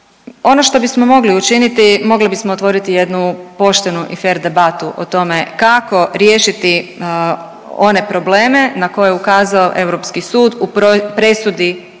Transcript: ono što bismo mogli učiniti, mogli bismo otvoriti jednu poštenu i fer debatu o tome kako riješiti one probleme na koje je ukazao europski sud u presudi protiv